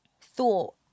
thought